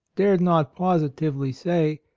dared not positively say,